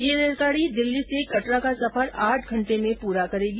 ये रेलगांडी दिल्ली से कटरा का सफर आठ घंटे में पूरा करेगी